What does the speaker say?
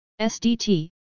SDT